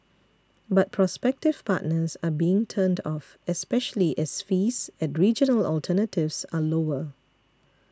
but prospective partners are being turned off especially as fees at regional alternatives are lower